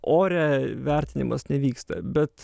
ore vertinimas nevyksta bet